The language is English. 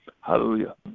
hallelujah